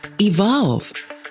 evolve